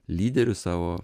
lyderius savo